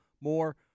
more